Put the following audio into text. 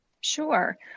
Sure